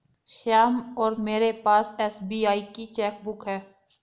श्याम और मेरे पास एस.बी.आई की चैक बुक है